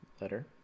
letter